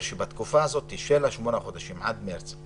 שבתקופה הזאת של השמונה חודשים עד מרץ,